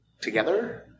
together